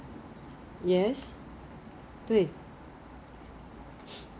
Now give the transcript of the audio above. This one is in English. no I don't really like Jollibee I still think Jollibee is a bit dry I think Arnold's chicken is good